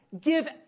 Give